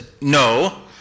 no